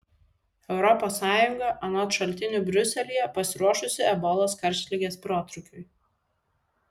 europos sąjunga anot šaltinių briuselyje pasiruošusi ebolos karštligės protrūkiui